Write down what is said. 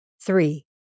three